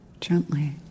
gently